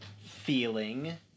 feeling